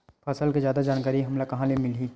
फसल के जादा जानकारी हमला कहां ले मिलही?